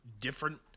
different